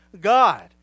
God